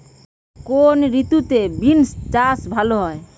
কোন ঋতুতে বিন্স চাষ ভালো হয়?